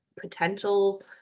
potential